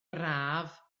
braf